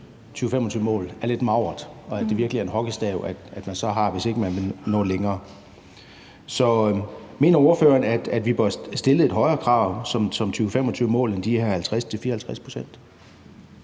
2025-mål er lidt magert, og at der virkelig er tale om en hockeystav, hvis ikke man vil nå længere. Så mener ordføreren, at vi bør stille et højere krav som 2025-mål end de her 50-54 pct.?